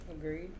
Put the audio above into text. Agreed